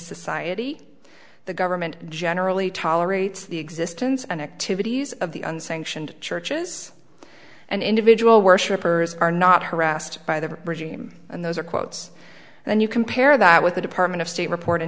society the government generally tolerates the existence and activities of the un sanctioned churches and individual worshippers are not harassed by the regime and those are quotes and you compare that with the department of state report in